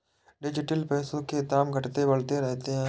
digital पैसों के दाम घटते बढ़ते रहते हैं